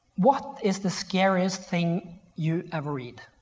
what is the scariest thing you ever read?